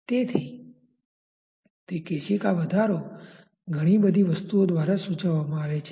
તેથી તે કેશિકા વધારો ઘણી બધી વસ્તુઓ દ્વારા સૂચવવામાં આવે છે